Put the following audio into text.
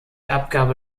abgabe